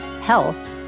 Health